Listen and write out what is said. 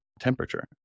temperature